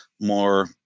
more